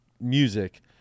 music